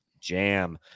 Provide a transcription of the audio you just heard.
Jam